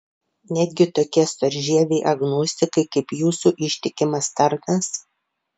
netgi tokie storžieviai agnostikai kaip jūsų ištikimas tarnas